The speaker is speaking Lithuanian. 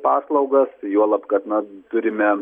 paslaugas juolab kad na turime